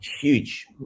Huge